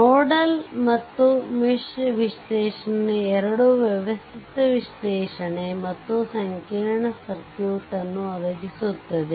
nodal ಮತ್ತು mesh ವಿಶ್ಲೇಷಣೆ ಎರಡೂ ವ್ಯವಸ್ಥಿತ ವಿಶ್ಲೇಷಣೆ ಮತ್ತು ಸಂಕೀರ್ಣ ಸರ್ಕ್ಯೂಟ್ ಅನ್ನು ಒದಗಿಸುತ್ತದೆ